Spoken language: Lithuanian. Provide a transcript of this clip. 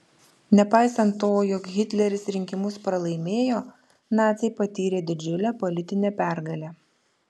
nepaisant to jog hitleris rinkimus pralaimėjo naciai patyrė didžiulę politinę pergalę